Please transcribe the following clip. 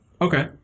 okay